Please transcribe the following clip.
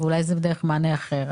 אולי זה דרך מענה אחר.